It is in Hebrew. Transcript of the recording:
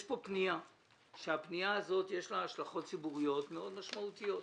יש פה פנייה שיש לה השלכות ציבוריות מאוד משמעותיות.